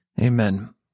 Amen